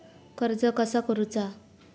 कर्ज कसा करूचा?